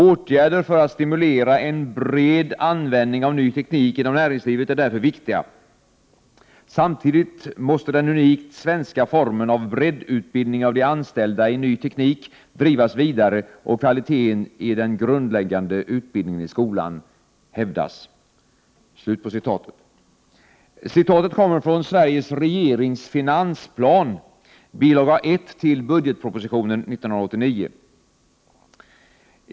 Åtgärder för att stimulera en bred användning av ny teknik inom näringslivet är därför viktiga. Samtidigt måste den unikt svenska formen av breddutbildning av de anställda i ny teknik drivas vidare och kvaliteten i den grundläggande utbildningen i skolan hävdas.” Citatet kommer från Sveriges regerings finansplan, bil. 1 till budgetpropositionen 1989.